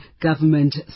government